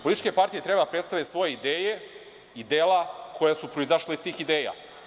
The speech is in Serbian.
Političke partije treba da predstave svoje ideje i dela koja su proizašla iz tih ideja.